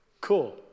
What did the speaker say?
cool